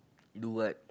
do what